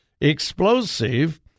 explosive